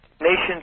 nation